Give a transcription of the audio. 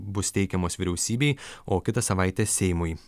bus teikiamos vyriausybei o kitą savaitę seimui